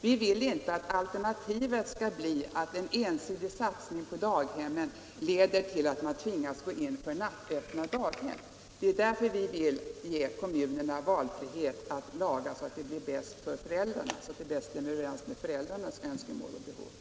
Vi vill inte att alternativet skall bli en sådan ensidig satsning på daghemmen att man tvingas gå in för nattöppna daghem. Det är därför vi vill ge kommunerna valfrihet att laga så att man bäst tillgodoser föräldrarnas önskemål och barnens behov.